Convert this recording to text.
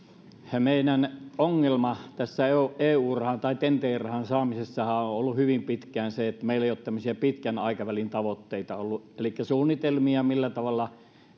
meillähän ongelma tässä eu eu rahan ten t ten t rahan saamisessa on ollut hyvin pitkään se että meillä ei ole ollut tämmöisiä pitkän aikavälin tavoitteita elikkä suunnitelmia millä tavalla